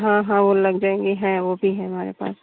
हाँ हाँ वो लग जाएँगी हैं वो भी हैं हमारे पास